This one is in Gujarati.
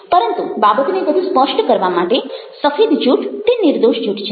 પરંતુ બાબતને વધુ સ્પષ્ટ કરવા માટે સફેદ જૂઠ તે નિર્દોષ જૂઠ છે